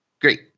Great